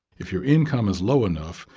if your income is low enough,